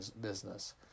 business